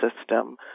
system